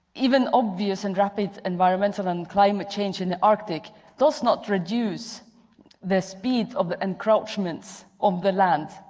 even obvious and rapid environmental and climate change in the arctic does not reduce the speed of the encroachments of the land.